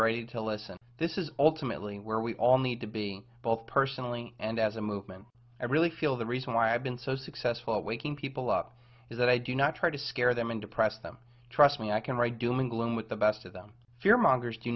ready to listen this is ultimately where we all need to be both personally and as a movement i really feel the reason why i have been so successful at waking people up is that i do not try to scare them and depress them trust me i can write doom and gloom with the best of them fear mongers do